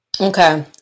Okay